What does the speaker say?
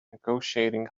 negotiating